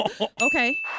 Okay